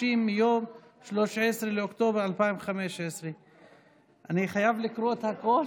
מיום 13 באוקטובר 2015. אני חייב לקרוא את הכול?